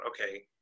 okay